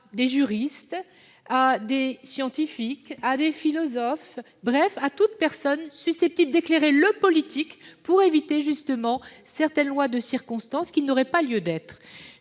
à des juristes, des scientifiques, des philosophes, à toutes personnalités susceptibles d'éclairer le politique pour éviter certaines lois de circonstance n'ayant pas lieu d'être,